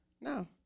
No